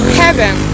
heaven